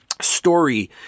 story